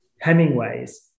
Hemingways